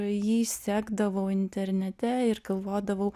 jį sekdavau internete ir galvodavau